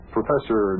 Professor